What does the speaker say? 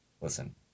Listen